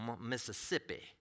Mississippi